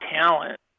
talent